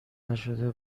نشده